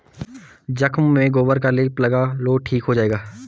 जख्म में गोबर का लेप लगा लो ठीक हो जाएगा